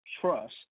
trust